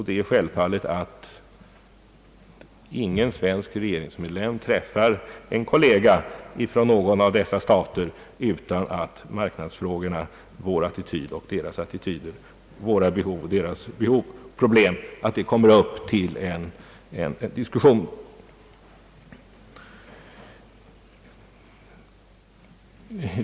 Det är självfallet att ingen svensk regeringsmedlem träffar en kollega från någon av dessa stater utan att marknadsfrågorna — vår attityd och deras attityder, våra behov och deras behov — kommer upp till diskussion.